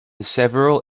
several